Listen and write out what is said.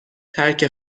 ترک